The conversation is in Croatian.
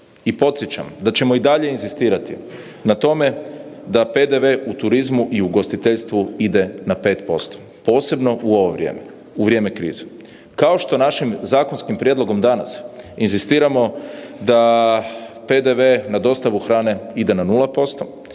I podsjećam da ćemo i dalje inzistirati na tome da PDV u turizmu i ugostiteljstvu ide na 5% posebno u ovo vrijeme u vrijeme krize, kao što našim prijedlogom danas inzistiramo da PDV na dostavu hrane ide na 0%